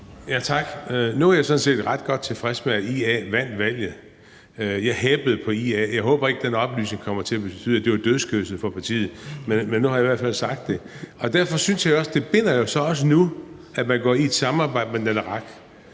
Tak. Nu er jeg sådan set ret godt tilfreds med, at IA vandt valget. Jeg heppede på IA. Jeg håber ikke, den oplysning kommer til at betyde, at det var dødskysset for partiet, men nu har jeg i hvert fald sagt det. Derfor synes jeg jo så også, at det nu binder, at man går i et samarbejde Naleraq.